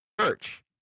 church